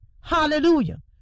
Hallelujah